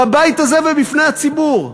בבית הזה ובפני הציבור.